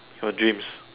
your dreams